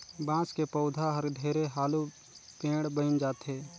बांस के पउधा हर ढेरे हालू पेड़ बइन जाथे